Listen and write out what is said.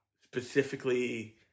specifically